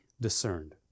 discerned